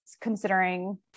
considering